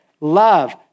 love